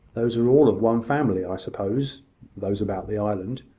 those are all of one family, i suppose those about the island,